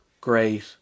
Great